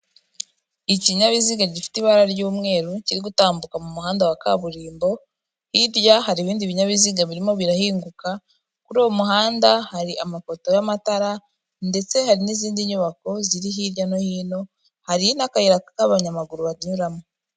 Ikinyabiziga gifite ibara ry'umweru kiri gutambuka mu muhanda wa kaburimbo, hirya hari ibindi binyabiziga birimo birahinguka, kuri uwo muhanda hari amapoto y'amatara ndetse hari n'izindi nyubako ziri hirya no hino, hari n'akayira k'abanyamaguru banyuramo.